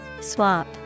Swap